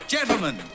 Gentlemen